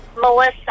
Melissa